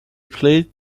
played